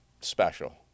special